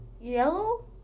yellow